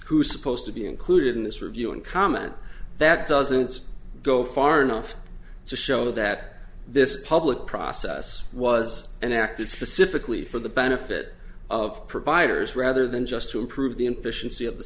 is supposed to be included in this review and comment that doesn't go far enough to show that this public process was enacted specifically for the benefit of providers rather than just to improve the in fish and sea of the